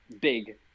big